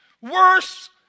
Worse